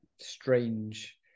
strange